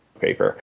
paper